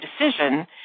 decision